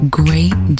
great